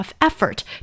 effort